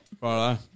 Right